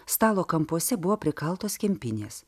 stalo kampuose buvo prikaltos kempinės